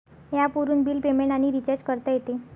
ॲपवरून bill payment आणि recharge करता येते